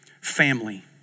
Family